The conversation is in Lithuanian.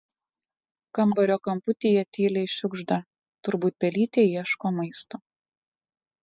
kambario kamputyje tyliai šiugžda turbūt pelytė ieško maisto